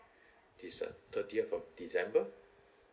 this uh thirtieth of december